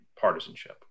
partisanship